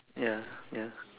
ya ya